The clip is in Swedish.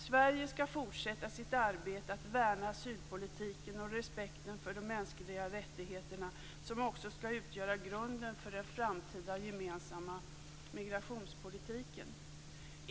Sverige skall fortsätta sitt arbete för att värna asylpolitiken och respekten för de mänskliga rättigheterna, som också skall utgöra grunden för den framtida gemensamma migrationspolitiken.